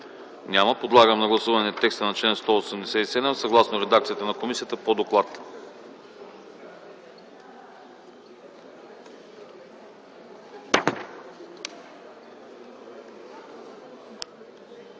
Няма. Подлагам на гласуване текста на чл. 187 съгласно редакцията на комисията по доклада.